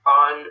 on